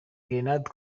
grenades